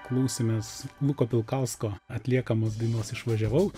klausėmės luko pilkausko atliekamos dainos išvažiavau